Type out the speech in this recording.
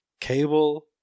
Cable